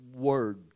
word